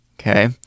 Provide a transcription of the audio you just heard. Okay